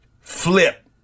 flip